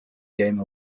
game